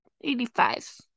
Eighty-five